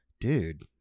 dude